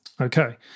Okay